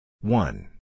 One